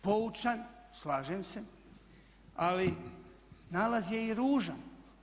Poučan, slažem se, ali nalaz je i ružan.